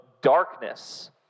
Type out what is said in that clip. darkness